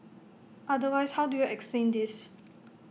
otherwise how do you explain this